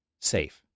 Safe